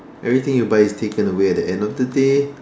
everything you buy is taken away at the end of the day